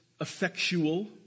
effectual